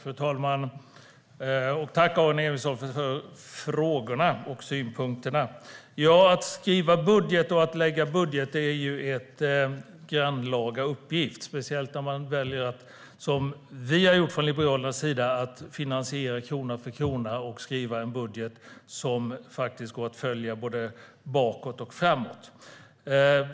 Fru talman! Tack, Aron Emilsson, för frågorna och synpunkterna! Ja, att skriva budget och att lägga budget är en grannlaga uppgift, speciellt när man, som vi har gjort från Liberalernas sida, väljer att finansiera krona för krona och att skriva en budget som faktiskt går att följa både bakåt och framåt.